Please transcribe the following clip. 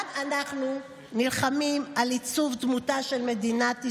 גם אנחנו נלחמים על עיצוב דמותה של מדינת ישראל.